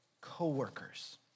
co-workers